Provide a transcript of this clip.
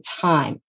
time